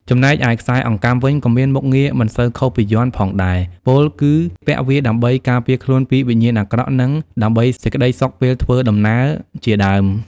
ចំណែកឯខ្សែអង្កាំវិញក៏មានមុខងារមិនសូវខុសពីយ័ន្តផងដែរពោលគឺពាក់វាដើម្បី ការពារខ្លួនពីវិញ្ញាណអាក្រក់និងដើម្បីសេចក្តិសុខពេលធ្វើដំណើរជាដើម